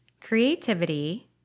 Creativity